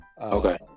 Okay